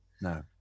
No